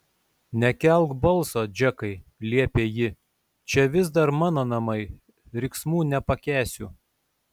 nekelk balso džekai liepė ji čia vis dar mano namai riksmų nepakęsiu